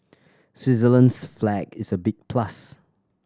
Switzerland's flag is a big plus